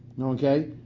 Okay